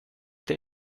the